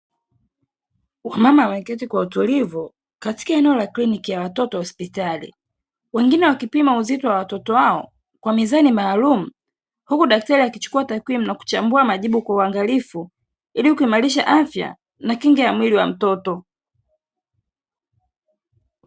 Wamama wameketi kwa utulivu katika eneo la kiliniki ya watoto hospitali, wengine wakipima uzito wa watoto wao kwa mizani maalumu, huku daktari akichukua takwimu na kuchambua majibu kwa uangalifu ili kuimarisha afya na kinga ya mwili wa mtoto.